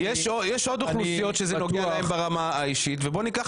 יש עוד אוכלוסיות שזה נוגע בהן ברמה האישית ובוא ניקח